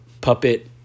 puppet